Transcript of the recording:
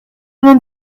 vingt